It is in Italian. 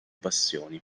passioni